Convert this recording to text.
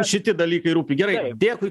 šiti dalykai rūpi gerai dėkui